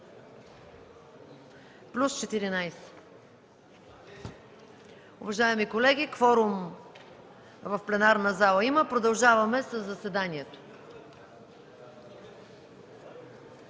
плюс 14. Уважаеми колеги, кворум в пленарната зала има, продължаваме със заседанието.